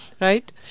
Right